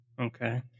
Okay